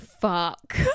fuck